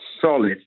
solid